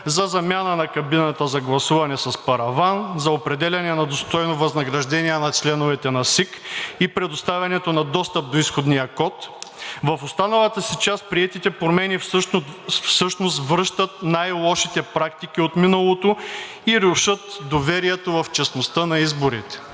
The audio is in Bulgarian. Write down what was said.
за замяна на кабината за гласуване с параван, за определяне на достойно възнаграждение на членовете на СИК и предоставянето на достъп до изходния код, в останалата си част приетите промени всъщност връщат най-лошите практики от миналото и рушат доверието в честността на изборите.